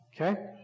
Okay